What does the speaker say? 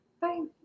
Bye